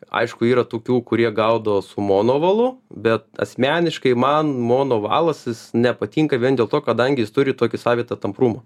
aišku yra tokių kurie gaudo su mono valu bet asmeniškai man mono valas jis nepatinka vien dėl to kadangi jis turi tokį savitą tamprumą